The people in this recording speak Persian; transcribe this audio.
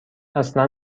اصلا